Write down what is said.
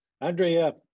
Andrea